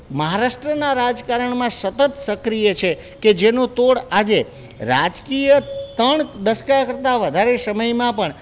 મહારાષ્ટ્રના રાજકારણમાં સતત સક્રીય છે કે જેનો તોળ આજે રાજકીય ત્રણ દસકા કરતાં વધારે સમયમાં પણ